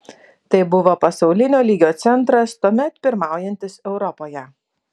tai buvo pasaulinio lygio centras tuomet pirmaujantis europoje